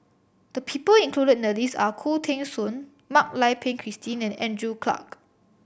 the people included in the list are Khoo Teng Soon Mak Lai Peng Christine and Andrew Clarke